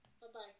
Bye-bye